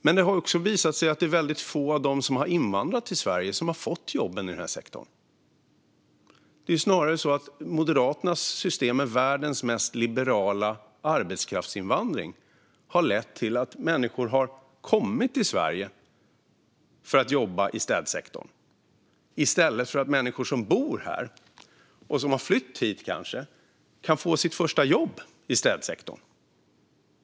Men det har också visat sig att det är väldigt få av dem som har invandrat till Sverige som har fått jobben i denna sektor. Det är snarare så att Moderaternas system med världens mest liberala arbetskraftsinvandring har lett till att människor har kommit till Sverige för att jobba i städsektorn i stället för att människor som bor här och som kanske har flytt hit kan få sitt första jobb i städsektorn.